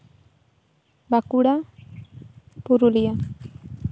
Bankura Purulia